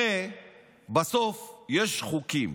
הרי בסוף יש חוקים.